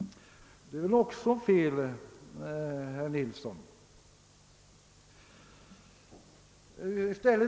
Det är också fel, herr Nilsson.